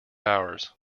hours